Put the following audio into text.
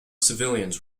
civilians